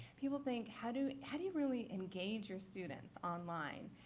people think, how do how do you really engage your students online?